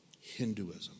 Hinduism